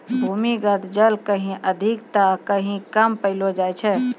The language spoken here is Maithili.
भूमीगत जल कहीं अधिक त कहीं कम पैलो जाय छै